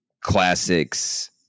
classics